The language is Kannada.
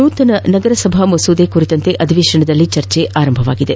ನೂತನ ನಗರಸಭಾ ಮಸೂದೆ ಕುರಿತಂತೆ ಅಧಿವೇಶನದಲ್ಲಿ ಚರ್ಚೆ ಆರಂಭಗೊಂಡಿದೆ